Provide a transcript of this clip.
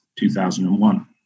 2001